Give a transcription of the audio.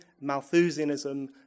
Malthusianism